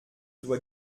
dois